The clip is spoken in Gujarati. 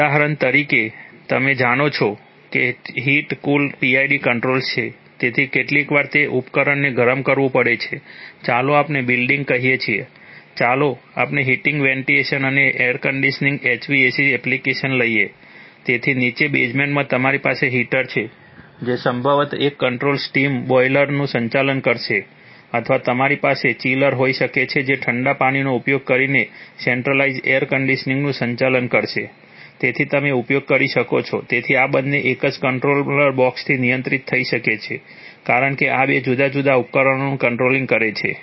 ઉદાહરણ તરીકે તમે જાણો કે ત્યાં હીટ કૂલ PID કંટ્રોલર્સ છે તેથી કેટલીકવાર તે જ ઉપકરણને ગરમ કરવું પડે છે ચાલો આપણે બિલ્ડિંગ કહીએ છીએ ચાલો આપણે હીટિંગ વેન્ટિલેશન એર કન્ડિશનિંગ હોઈ શકે છે જે ઠંડા પાણીનો ઉપયોગ કરીને સેન્ટ્રલાઇઝ્ડ એર કન્ડિશનિંગનું સંચાલન કરશે તેથી તમે ઉપયોગ કરી શકો છો તેથી આ બંને એક જ કંટ્રોલર બોક્સથી નિયંત્રિત થઈ શકે છે કારણ કે આ બે જુદા જુદા ઉપકરણોનું કંટ્રોલીંગ કરે છે